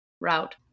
route